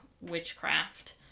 witchcraft